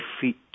feet